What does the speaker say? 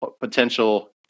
potential